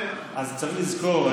אז צריך לזכור,